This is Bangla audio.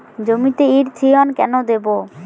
জমিতে ইরথিয়ন কেন দেবো?